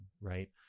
right